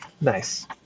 Nice